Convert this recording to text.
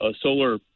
solar